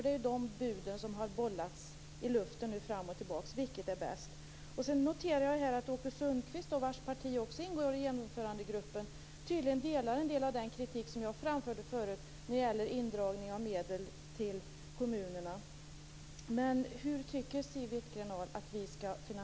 Det är de här buden som bollats i luften fram och tillbaka. Vilket är bäst? Jag noterar att Åke Sundqvist, vars parti också ingår i genomförandegruppen, tydligen delar en del av den kritik som jag framförde förut när det gäller indragning av medel till kommunerna.